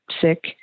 sick